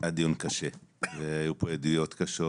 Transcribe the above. את מכירה הרבה תלונות של בנות שירות לאומי?